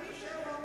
השר.